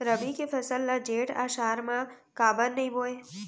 रबि के फसल ल जेठ आषाढ़ म काबर नही बोए?